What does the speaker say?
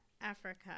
Africa